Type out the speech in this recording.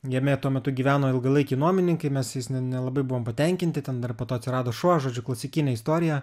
jame tuo metu gyveno ilgalaikiai nuomininkai mes jais nelabai buvom patenkinti ten dar po to atsirado šuo žodžiu klasikinė istorija